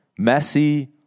Messi